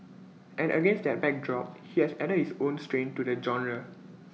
and against that backdrop he has added his own strain to the genre